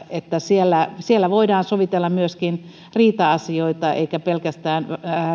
että siellä siellä voidaan sovitella myöskin riita asioita eikä pelkästään